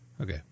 Okay